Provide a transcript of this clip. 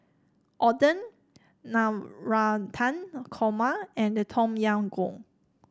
Oden Navratan Korma and Tom Yam Goong